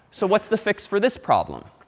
so what's the fix for this problem?